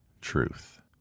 truth